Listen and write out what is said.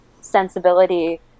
sensibility